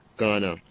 Ghana